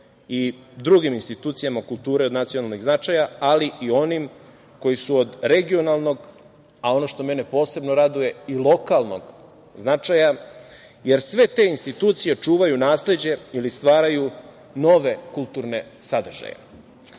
i drugim institucijama kulture od nacionalnog značaja, ali i onim koji su od regionalnog, a ono što mene posebno raduje, i lokalnog značaja, jer sve te institucije čuvaju nasleđe ili stvaraju nove kulturne sadržaje. Tako